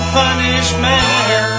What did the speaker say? punishment